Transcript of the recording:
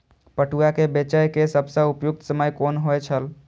पटुआ केय बेचय केय सबसं उपयुक्त समय कोन होय छल?